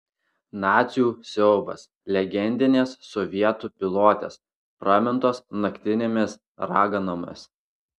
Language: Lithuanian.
nacių siaubas legendinės sovietų pilotės pramintos naktinėmis raganomis